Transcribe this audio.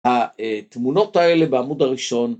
התמונות האלה בעמוד הראשון